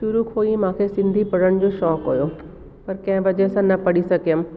शुरु खो ही मूंखे सिंधी पढ़ण जो शौक़ु हुओ पर कंहिं वजह सां न पढ़ी सघियमि